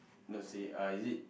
let's say uh is it